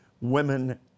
women